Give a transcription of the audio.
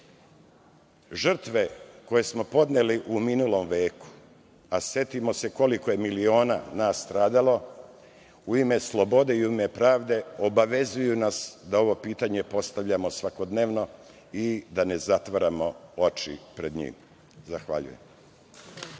koje smo podneli u minulom veku, a setimo se koliko je miliona nas stradalo u ime slobode i u ime pravde, obavezuju nas da ovo pitanje postavljamo svakodnevno i da ne zatvaramo oči pred njim. Zahvaljujem.